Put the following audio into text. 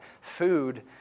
food